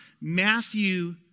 Matthew